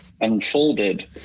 unfolded